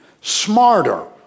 smarter